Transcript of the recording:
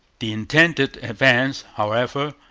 the intended advance, however,